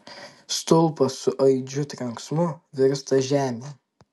stulpas su aidžiu trenksmu virsta žemėn